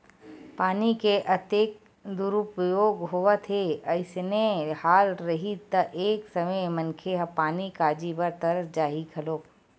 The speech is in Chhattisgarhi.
पानी के अतेक दुरूपयोग होवत हे अइसने हाल रइही त एक समे मनखे ह पानी काजी बर तरस जाही घलोक